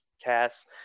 Cass